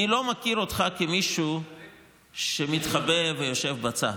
אני לא מכיר אותך כמישהו שמתחבא ויושב בצד.